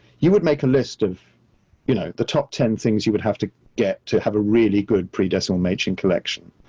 you would make a list of you know the top ten things you would have to get to have a really good pre decimal machin collection.